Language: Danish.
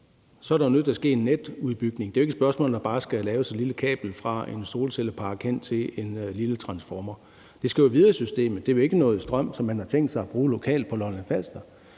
er der nødt til at ske en netudbygning. Det er jo ikke et spørgsmål om, at der bare skal laves et lille kabel fra en solcellepark hen til en lille transformer; det skal jo videre i systemet. Det er vel ikke noget strøm, som man har tænkt sig at bruge lokalt på Lolland-Falster;